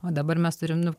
o dabar mes turim nu